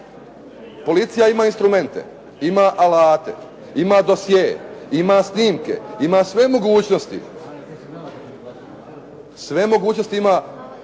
policija ima instrumente, ima alate, ima dosje, ima snimke, ima sve mogućnosti da otkrije,